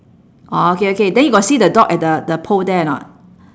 orh okay okay then you got see the dog at the at the pole there or not